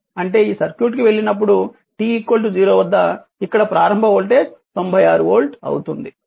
అంటే ఈ సర్క్యూట్ కి వెళ్ళినప్పుడు t 0 వద్ద ఇక్కడ ప్రారంభ వోల్టేజ్ 96 వోల్ట్ అవుతుంది